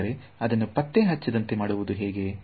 ಆದರೆ ಅದನ್ನು ಪತ್ತೆ ಹಚ್ಚದಂತೆ ಮಾಡುವುದು ಹೇಗೆ